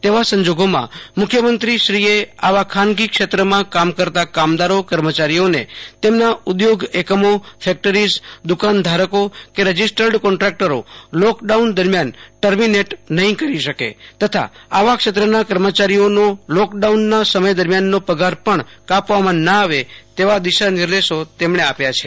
તેવા સંજોગોમાં મુખ્યમંત્રીશ્ર ીએ આવા ખાનગી ક્ષેત્રમાં કામ કરતા કામદારો કર્મચારીઓ તેમના ઉધોગ એકમો ફકટરીમાં દકાનધ ારકો કે રજિસ્ટર્ડ કોન્ટ્રાકટરો લોકડાઉન દરમિયાન ટર્મિનેટ નહોં કરી શકે તથા આવા ક્ષેત્રના કર્મચારીઅ ોનો લોક ડાઉનના સમય દરમિયાનનો પગાર પણ કાપવામાં ન આવે તેવા દિશાર્નિદેશો તેમણે આપ્યા હ તા